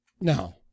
No